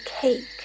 cake